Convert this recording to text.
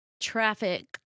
traffic